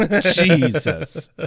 Jesus